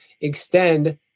extend